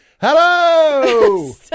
Hello